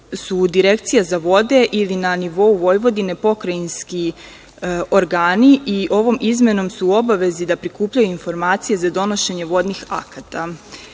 Direkcija za vode ili na nivou Vojvodine pokrajinski organi. Ovom izmenom su u obavezi da prikupljaju informacije za donošenje vodnih akata.